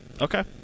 Okay